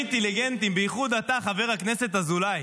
אינטליגנטים, בייחוד אתה, חבר הכנסת אזולאי,